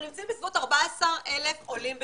אנחנו נמצאים בסביבות 14,000 עולים בשנה.